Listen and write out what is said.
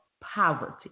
poverty